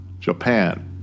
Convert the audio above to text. Japan